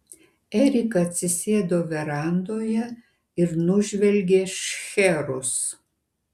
erika atsisėdo verandoje ir nužvelgė šcherus